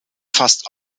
fast